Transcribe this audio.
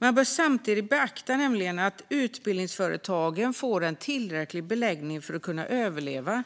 Man bör samtidigt beakta att utbildningsföretagen får en tillräcklig beläggning för att kunna överleva